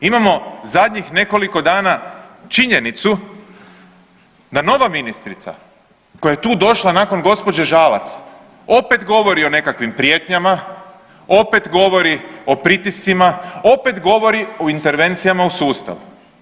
Imamo zadnjih nekoliko dana činjenicu da nova ministrica koja je tu došla nakon gospođe Žalac opet govori o nekakvim prijetnjama, opet govori o pritiscima, opet govori o intervencijama u sustav.